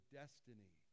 destiny